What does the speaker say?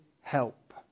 help